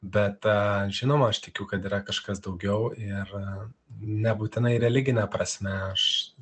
bet žinoma aš tikiu kad yra kažkas daugiau ir nebūtinai religine prasme aš